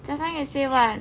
just now you say what